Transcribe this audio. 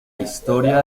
historia